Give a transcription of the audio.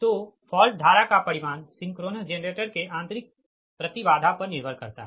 तो फॉल्ट धारा का परिमाण सिंक्रोनस जेनरेटर के आंतरिक प्रति बाधा पर निर्भर करता है